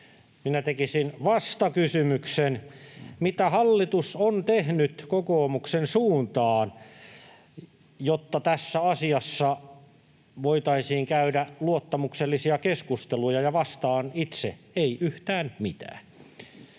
Minä tekisin vastakysymyksen: mitä hallitus on tehnyt kokoomuksen suuntaan, jotta tässä asiassa voitaisiin käydä luottamuksellisia keskusteluja? Vastaan itse: ei yhtään mitään.